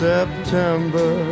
September